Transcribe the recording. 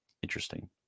Interesting